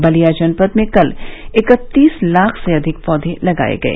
बलिया जनपद में कल इकत्तीस लाख से अधिक पौधे लगाए गए